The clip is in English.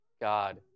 God